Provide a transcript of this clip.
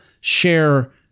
share